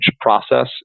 process